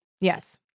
Yes